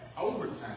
overtime